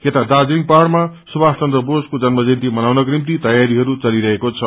याता दार्जीलिङ पाहाङमा सुभाष चन्द्र बासको जन्म जयन्ती मनाउनकोनिभि तयारीहरू चलिरहेको छ